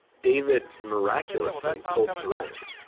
david miraculously pulled through.